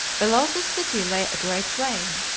below this city lay a great plain.